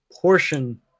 portion